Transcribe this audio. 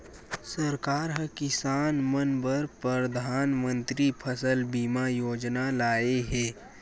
सरकार ह किसान मन बर परधानमंतरी फसल बीमा योजना लाए हे